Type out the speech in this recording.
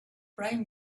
bright